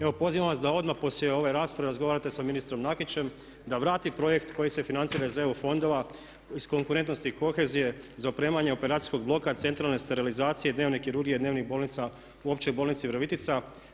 Evo pozivam vas da odmah poslije ove rasprave razgovarate sa ministrom Nakićem da vrati projekt koji se financira iz EU fondova iz konkurentnosti kohezije za opremanje operacijskog bloka, centralne sterilizacije i dnevne kirurgije, dnevnih bolnica u općoj bolnici Virovitica.